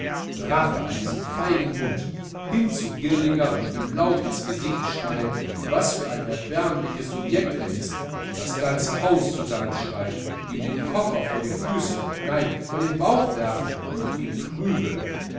rache an diesem feigen hund hin zu girlinger und ihm laut ins gesicht schreien was für ein erbärmliches subjekt er ist das ganze haus zusammenschrein ihm den koffer vor die füße nein vor den bauch werfen und ihn prügeln